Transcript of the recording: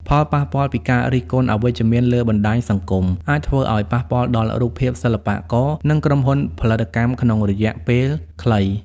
ផលប៉ះពាល់ពីការរិះគន់អវិជ្ជមានលើបណ្តាញសង្គម អាចធ្វើឱ្យប៉ះពាល់ដល់រូបភាពសិល្បករ និងក្រុមហ៊ុនផលិតកម្មក្នុងរយៈពេលខ្លី។